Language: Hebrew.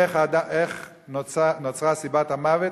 איך נוצרה סיבת המוות,